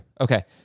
Okay